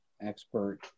expert